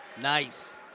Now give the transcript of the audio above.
Nice